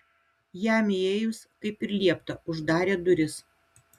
jam įėjus kaip ir liepta uždarė duris